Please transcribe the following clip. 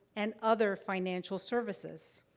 and other financial services.